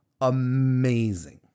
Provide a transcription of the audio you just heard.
amazing